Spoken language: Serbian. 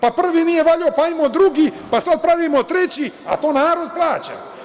Pa prvi nije valjao, pa hajmo drugi, pa sad pravimo treći, a to narod plaća.